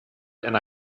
and